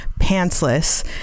pantsless